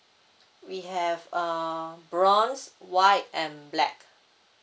we have um bronze white and black